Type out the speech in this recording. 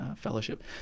fellowship